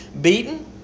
beaten